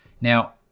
Now